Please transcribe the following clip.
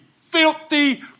filthy